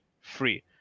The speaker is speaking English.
free